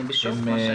אני בשוק.